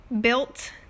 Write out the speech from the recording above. built